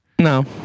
No